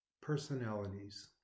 personalities